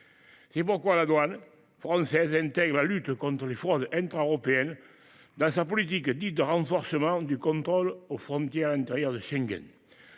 C’est pourquoi la douane française intègre la lutte contre les fraudes intra européennes dans sa politique dite de renforcement du contrôle aux frontières intérieures de Schengen.